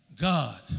God